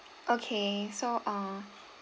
okay so uh